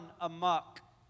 amok